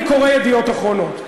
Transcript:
אני קורא "ידיעות אחרונות",